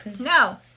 No